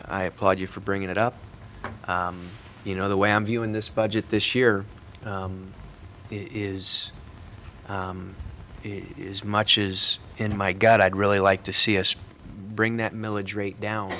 i applaud you for bringing it up you know the way i'm viewing this budget this year is it is much is in my gut i'd really like to see us bring that milledge rate